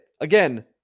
again